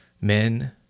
Men